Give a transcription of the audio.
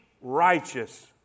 righteous